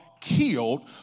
killed